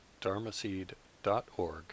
dharmaseed.org